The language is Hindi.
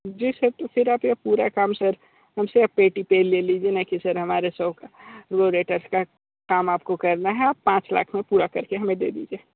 जी सर तो फिर आप ये पूरा काम सर हम से पेटी पे ले लीजिये ना की सर हमारे सौ कार्बोरेटर का काम आपको करना है और पाँच लाख में पूरा करके हमें दे दीजिए